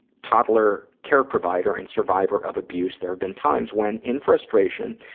toddler, care provider, and survivor of abuse, there've been times when, in frustration,